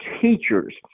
teachers